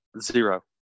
Zero